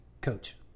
coach